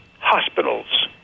hospitals